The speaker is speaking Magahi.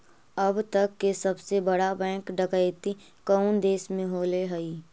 अब तक के सबसे बड़ा बैंक डकैती कउन देश में होले हइ?